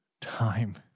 time